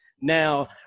now